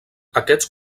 aquests